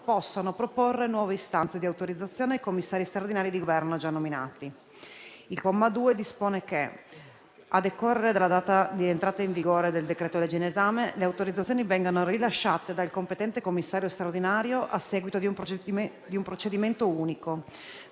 possano proporre nuove istanze di autorizzazione ai commissari straordinari di Governo già nominati. Il comma 2 dispone che, a decorrere dalla data di entrata in vigore del decreto-legge in esame, le autorizzazioni vengano rilasciate dal competente commissario straordinario a seguito di un procedimento unico,